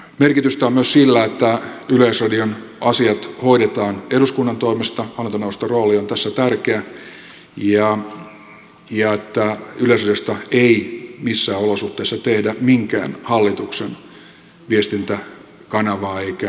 merkitystä on myös sillä että yleisradion asiat hoidetaan eduskunnan toimesta hallintoneuvoston rooli on tässä tärkeä ja että yleisradiosta ei missään olosuhteissa tehdä minkään hallituksen viestintäkanavaa eikä äänitorvea